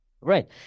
Right